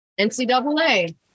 NCAA